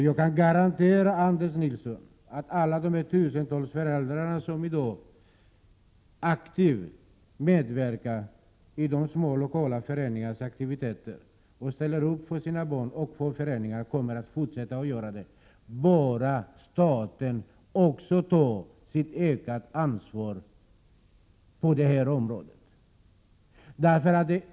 Jag kan garantera Anders Nilsson att alla de tusentals föräldrar som i dag aktivt medverkar i de små lokala föreningarnas aktiviteter och ställer upp för sina barn och för föreningarna kommer att fortsätta att göra det, bara staten tar ett ökat ansvar på det här området.